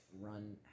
run